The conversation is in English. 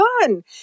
fun